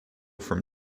from